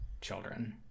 children